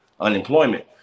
unemployment